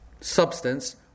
substance